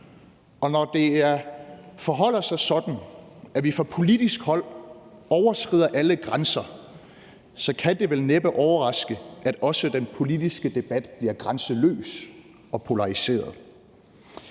Og når det forholder sig sådan, at vi fra politisk hold overskrider alle grænser, kan det vel næppe overraske, at også den politiske debat bliver grænseløs og polariseret.